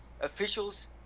officials